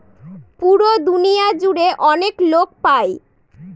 পুরো দুনিয়া জুড়ে অনেক লোক পাই